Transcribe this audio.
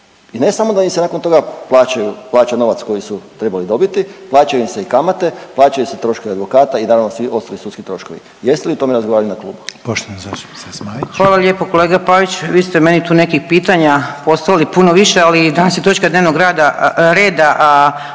Ne samo da im se nakon toga plaćaju, plaća novac koji su trebali dobiti, plaćaju im se i kamate, plaćaju se troškovi advokata i naravno svi ostali sudski troškovi. Jeste li o tome razgovarali na klubu? **Zmaić, Ankica (HDZ)** Hvala lijepo kolega Pavić, vi ste tu meni nekih pitanja postavili puno više, ali danas je točka dnevnog rada,